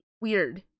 weird